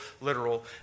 literal